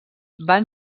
van